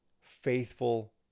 faithful